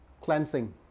cleansing